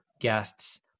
guests